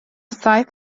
saith